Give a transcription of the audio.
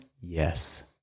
Yes